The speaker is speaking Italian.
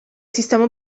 sistema